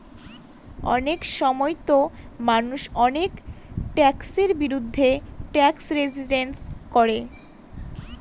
অনেক সময়তো মানুষ অনেক ট্যাক্সের বিরুদ্ধে ট্যাক্স রেজিস্ট্যান্স করে